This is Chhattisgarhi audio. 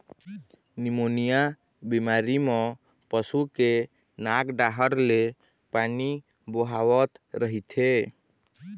निमोनिया बेमारी म पशु के नाक डाहर ले पानी बोहावत रहिथे